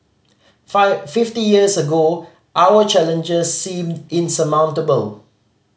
five fifty years ago our challenges seemed insurmountable